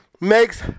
makes